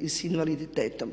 s invaliditetom.